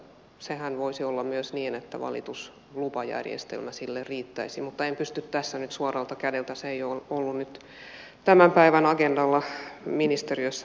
sehän voisi olla myös niin että valituslupajärjestelmä sille riittäisi mutta en pysty tässä nyt suoralta kädeltä sanomaan se ei ole ollut tämän päivän agendalla ministeriössä